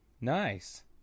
Nice